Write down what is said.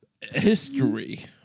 history